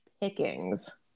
pickings